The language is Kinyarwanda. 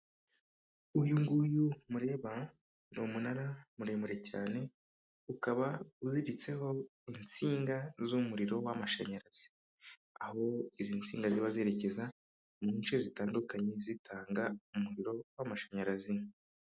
Uyu nguyu mureba ni umunara muremure cyane, ukaba uziritseho insinga z'umuriro w'amashanyarazi. Aho izi nsinga ziba zerekeza mu nce zitandukanye zitanga umuriro w'amashanyarazi.